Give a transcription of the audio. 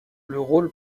rôle